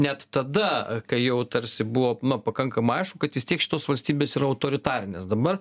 net tada kai jau tarsi buvo na pakankamai aišku kad vis tiek šitos valstybės yra autoritarinės dabar